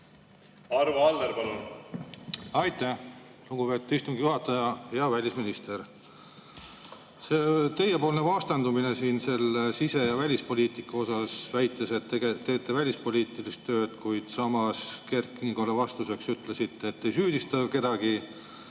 Arvo Aller, palun! Aitäh, lugupeetud istungi juhataja! Hea välisminister! Siin on teiepoolne vastandumine selle sise- ja välispoliitika osas: väidate, et tegelikult teete välispoliitilist tööd, kuid samas Kert Kingole vastuseks ütlesite, et ei süüdista kedagi.